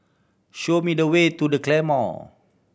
show me the way to The Claymore